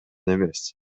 эмес